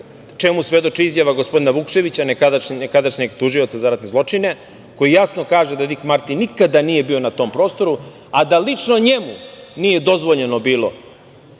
čemu svedoči izjava gospodina Vukčevića, nekadašnjeg tužioca za ratne zločine, koji jasno kaže, da Dik Marti nikada nije bio na tom prostoru, a da lično njemu nije dozvoljeno bilo